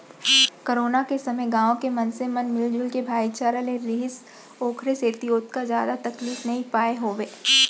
corona के समे गाँव के मनसे मन मिलजुल के भाईचारा ले रिहिस ओखरे सेती ओतका जादा तकलीफ नइ पाय हावय